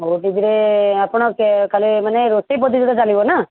ଓଟିଭିରେ ଆପଣ କାଳେ ମାନେ ରୋଷେଇ ପ୍ରତିଯୋଗିତା ଚାଲିବ ନା